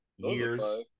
years